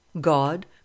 god